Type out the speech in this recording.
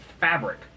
fabric